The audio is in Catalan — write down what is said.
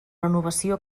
renovació